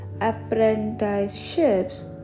apprenticeships